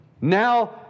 now